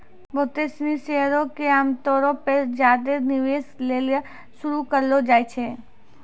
बहुते सिनी शेयरो के आमतौरो पे ज्यादे निवेश लेली शुरू करलो जाय छै